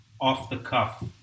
off-the-cuff